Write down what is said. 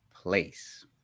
place